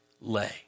lay